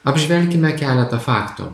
apžvelkime keletą faktų